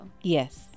Yes